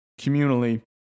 communally